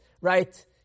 Right